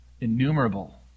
innumerable